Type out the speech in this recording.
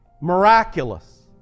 miraculous